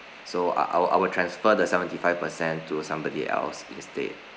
so I I will I will transfer the seventy five percent to somebody else instead